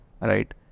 right